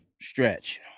stretch